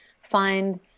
find